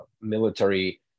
military